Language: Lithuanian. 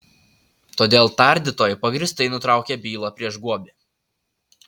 todėl tardytojai pagrįstai nutraukė bylą prieš guobį